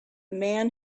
man